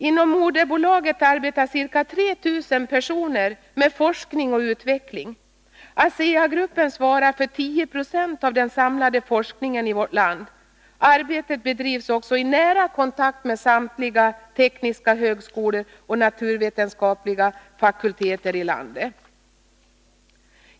Inom moderbolaget arbetar ca 3 000 personer med forskning och utveckling. ASEA-gruppen svarar för ca 10 90 av den samlade forskningen i vårt land. Arbetet bedrivs i nära kontakt med samtliga tekniska högskolor och naturvetenskapliga fakulteter i landet.